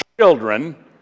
children